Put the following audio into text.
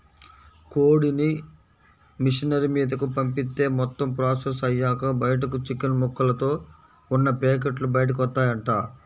కోడిని మిషనరీ మీదకు పంపిత్తే మొత్తం ప్రాసెస్ అయ్యాక బయటకు చికెన్ ముక్కలతో ఉన్న పేకెట్లు బయటకు వత్తాయంట